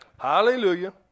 Hallelujah